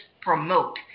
promote